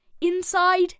inside